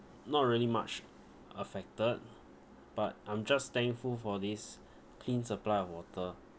not really much affected but I'm just thankful for this clean supply of water